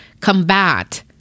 combat